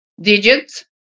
digits